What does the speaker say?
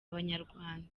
abanyarwanda